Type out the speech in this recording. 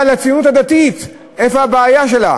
אבל הציונות הדתית, איפה הבעיה שלה?